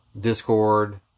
Discord